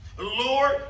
Lord